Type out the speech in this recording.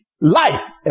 Life